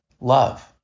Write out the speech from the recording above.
love